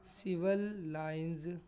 civil lines